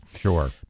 Sure